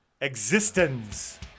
Existence